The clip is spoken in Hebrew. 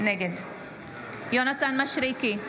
נגד יונתן מישרקי,